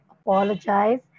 apologize